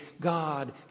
God